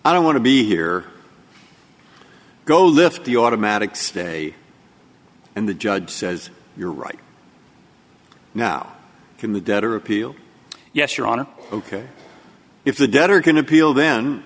i don't want to be here go lift the automatic stay and the judge says you're right now can the debtor appeal yes your honor ok if the debtor can appeal then